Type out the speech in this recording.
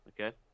okay